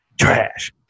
trash